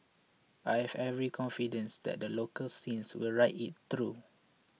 I have every confidence that the local scene will ride it through